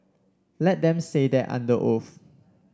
let them say that under oath